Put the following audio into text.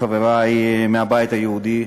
חברי מהבית היהודי,